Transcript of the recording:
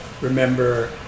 remember